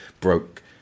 broke